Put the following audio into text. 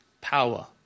power